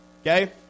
okay